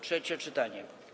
Trzecie czytanie.